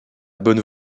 bonne